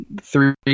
three